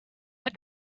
that